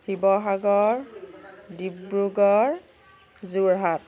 Sivasagar Dibrugarh Jorhat